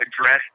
address